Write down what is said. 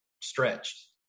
stretched